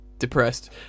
depressed